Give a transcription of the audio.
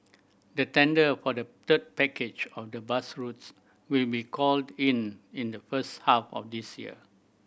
the tender for the third package of the bus routes will be called in in the first half of this year